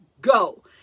Go